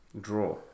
Draw